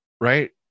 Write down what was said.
right